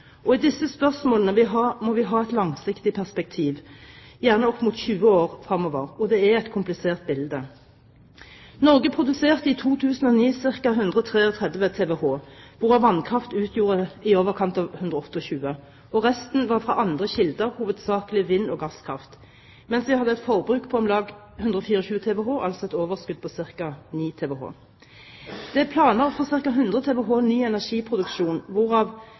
fremover. I disse spørsmålene må vi ha et langsiktig perspektiv, gjerne opp mot 20 år. Det er et komplisert bilde. Norge produserte i 2009 ca. 133 TWh, hvorav vannkraft utgjorde i overkant av 128 TWh, og resten var fra andre kilder, hovedsakelig vind og gasskraft, mens vi hadde et forbruk på om lag 124 TWh – altså et overskudd på ca. 9 TWh. Det er planer for ca. 100 TWh ny energiproduksjon, hvorav